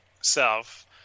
self